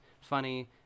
funny